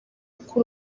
kuko